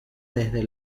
desde